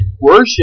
Worship